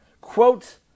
quote